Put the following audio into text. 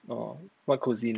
orh what cuisine